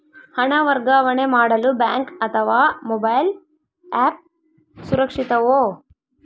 ಹಣ ವರ್ಗಾವಣೆ ಮಾಡಲು ಬ್ಯಾಂಕ್ ಅಥವಾ ಮೋಬೈಲ್ ಆ್ಯಪ್ ಸುರಕ್ಷಿತವೋ?